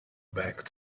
back